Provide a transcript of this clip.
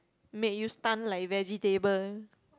make you stun like vegetable